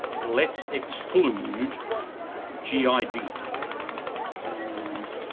and let's exclude gig. and